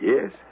Yes